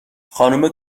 خانومه